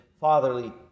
fatherly